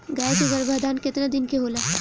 गाय के गरभाधान केतना दिन के होला?